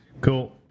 Cool